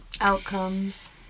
Outcomes